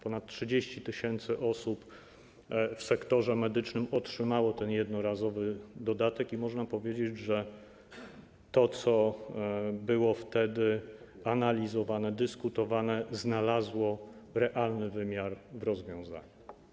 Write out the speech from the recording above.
Ponad 30 tys. osób w sektorze medycznym otrzymało ten jednorazowy dodatek i można powiedzieć, że to, co było wtedy analizowane, dyskutowane, znalazło realny wymiar w rozwiązaniu.